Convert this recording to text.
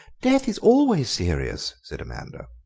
death is always serious, said amanda.